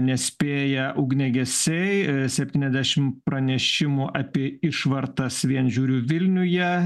nespėja ugniagesiai septyniasdešim pranešimų apie išvartas vien žiūriu vilniuje